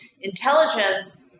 Intelligence